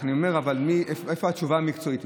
איפה התשובה המקצועית?